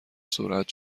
سرعت